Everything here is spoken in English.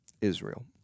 Israel